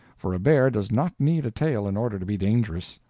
for a bear does not need a tail in order to be dangerous.